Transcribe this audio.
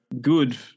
Good